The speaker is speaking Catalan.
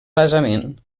basament